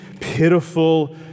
pitiful